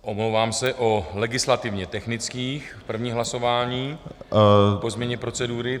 omlouvám se, o legislativně technických první hlasování po změně procedury.